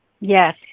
Yes